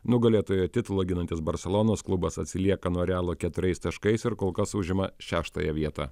nugalėtojo titulą ginantis barselonos klubas atsilieka nuo realo keturiais taškais ir kol kas užima šeštąją vietą